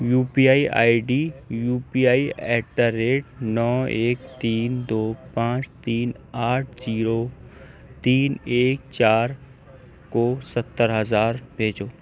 you P I I D U P I at the rate نو ایک تین دو پانچ تین آٹھ زیرو تین ایک چار کو ستر ہزار بھیجو